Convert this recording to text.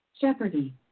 Jeopardy